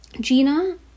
Gina